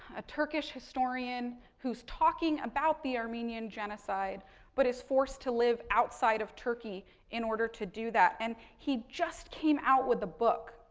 a turkish historian who's talking about the armenian genocide but is forced to live outside of turkey in order to do that. and, he just came out with a book.